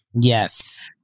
Yes